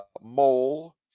Mole